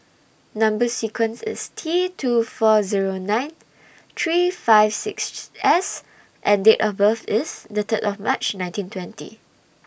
Number sequence IS T two four Zero nine three five sixes S and Date of birth IS The Third of March nineteen twenty